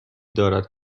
دارد